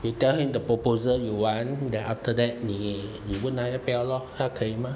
you tell him the proposal you want then after that 你你问他要不要 lor 还他可以吗